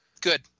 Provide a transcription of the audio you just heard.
Good